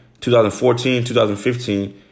2014-2015